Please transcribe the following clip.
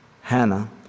Hannah